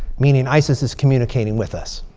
meaning isis is communicating with us.